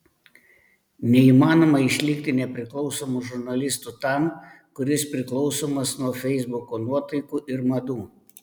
neįmanoma išlikti nepriklausomu žurnalistu tam kuris priklausomas nuo feisbuko nuotaikų ir madų